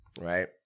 right